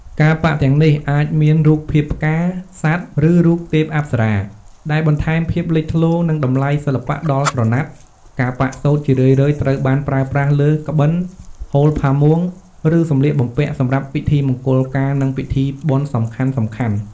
ការប៉ាក់ទាំងនេះអាចមានរូបភាពផ្កា សត្វ ឬរូបទេពអប្សរា ដែលបន្ថែមភាពលេចធ្លោ និងតម្លៃសិល្បៈដល់ក្រណាត់ ការប៉ាក់សូត្រជារឿយៗត្រូវបានប្រើប្រាស់លើ ក្បិន ហូលផាមួង ឬសំលៀកបំពាក់ សម្រាប់ពិធីមង្គលការ និងពិធីបុណ្យសំខាន់ៗ។